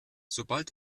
sobald